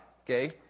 okay